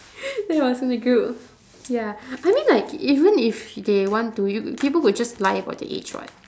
ya I was in the group ya I mean like even if they want to y~ people will just lie about their age [what]